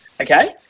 okay